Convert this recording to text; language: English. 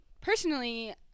personally